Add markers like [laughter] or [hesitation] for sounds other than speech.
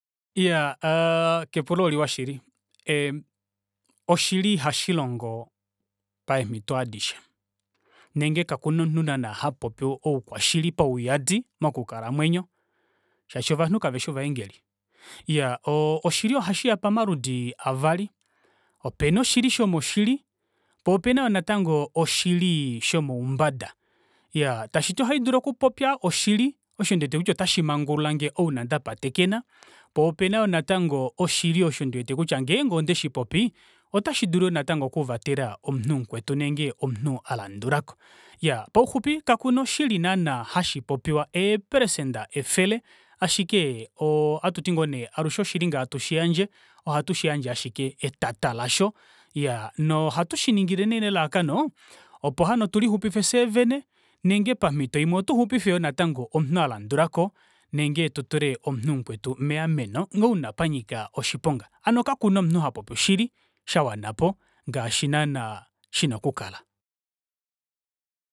Iyaa [hesitation] kepulo oliwa shili em oshili ihashilongo paemito adishe, nenge kakuna omunhu naana hapopi oukwashili pauyadi mokukala mwenyo shaashi ovanhu kaveshi ovaengeli iyaa oo- oshili ohashiya pamaludi avali opena oshili shomoshili poo opena yoo natango oshili shomoumbada. Iyaa tashiti ohaidulu okupopya oshili osho ndiwete kutya ota shimangululange ouna ndapatekena, poo opena yoo natango oshili osho ndiwete kutya ngeenge onde shipopi ota shidulu yoo natango oku vatela omunhu mukwetu nenge omunhu alandulako. Iyaa pauxupi kakuna oshili naana hashipopiwa eeprecenter efele ashike oo ohatuti ngoo nee alushe oshili ngee hatu shiyandje ohatu shiyandje ashike etata lasho iyaa no hatushingile nee nelalakano opo hano tulixupife fyee vene nenge pamito imwe otuxupife yoo natango omunhu alandulako nenge tutule omunhu mukwetu meameno ouna panyika oshiponga. Hano kakuna omunhu hapopi oshili shawanapo ngaashi naana shina okukala